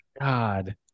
god